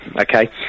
Okay